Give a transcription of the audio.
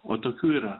o tokių yra